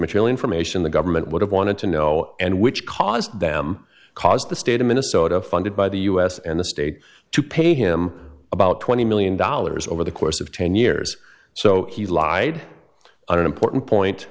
material information the government would have wanted to know and which caused them caused the state of minnesota funded by the us and the state to pay him about twenty million dollars over the course of ten years so he lied on an important point